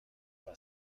war